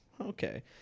okay